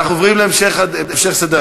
אם הם רוצים, אני לא אתנגד.